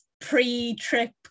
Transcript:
pre-trip